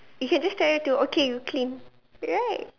you can just tell it to okay clean right